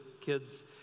kids